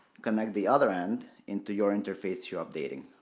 connect the other end into your interface you're updating.